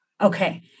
Okay